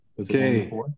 okay